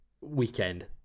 weekend